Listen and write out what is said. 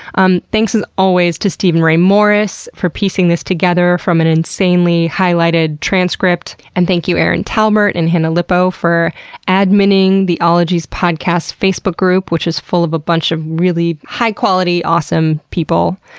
um thanks as always to steven ray morris for piecing this together from an insanely highlighted transcript. and thank you erin talbert and hannah lipow for admining the ologies podcast facebook group, which is full of a bunch of really high quality, awesome people.